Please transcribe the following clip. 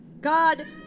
God